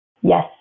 Yes